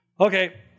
Okay